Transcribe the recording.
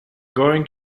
going